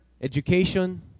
education